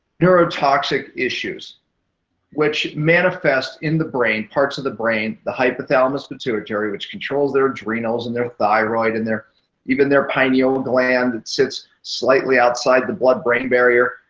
neurotoxic issues which manifest in the brain, parts of the brain. the hypothalamus pituitary, which controls their adrenals and their thyroid and even their pineal gland, it sits slightly outside the blood brain barrier.